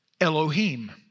Elohim